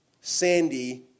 sandy